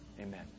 Amen